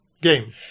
game